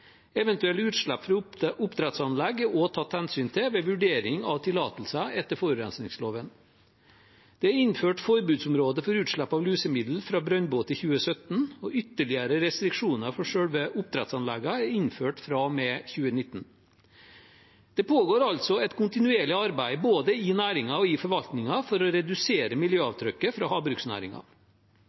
Eventuelle utslipp fra oppdrettsanlegg er også tatt hensyn til ved vurdering av tillatelse etter forurensningsloven. Det ble innført forbudsområder for utslipp av lusemidler fra brønnbåt i 2017, og ytterligere restriksjoner for selve oppdrettsanleggene er innført fra og med 2019. Det pågår altså et kontinuerlig arbeid både i næringen og i forvaltningen for å redusere miljøavtrykket fra